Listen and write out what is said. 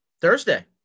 Thursday